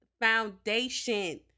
Foundation